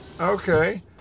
Okay